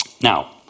Now